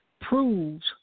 proves